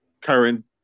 current